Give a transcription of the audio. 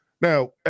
Now